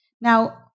Now